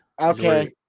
Okay